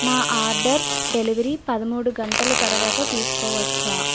నా order delivery పదమూడు గంటల తరువాత తీసుకోవచ్చా